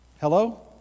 Hello